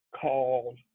called